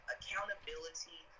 Accountability